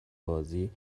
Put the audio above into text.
بازی